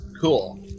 Cool